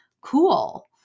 cool